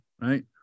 right